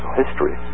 history